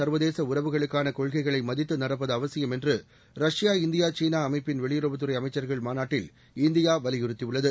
சர்வதேச உறவுகளுக்கான கொள்கைகளை மதித்து நடப்பது அவசியம் என்று ரஷ்பா இந்தியா சீனா அமைப்பின் வெளியுறவுத் துறை அமைச்சர்கள் மாநாட்டில் இந்தியா வலியுறுத்தியுள்ளது